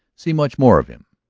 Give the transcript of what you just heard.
see much more of him.